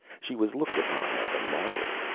she was looked upon as a martyr.